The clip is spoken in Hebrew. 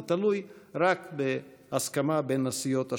זה תלוי רק בהסכמה בין הסיעות השונות.